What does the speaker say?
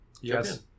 yes